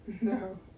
no